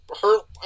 hurt